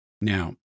Now